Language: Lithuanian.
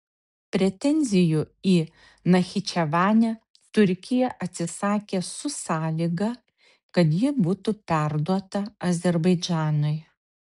pretenzijų į nachičevanę turkija atsisakė su sąlyga kad ji būtų perduota azerbaidžanui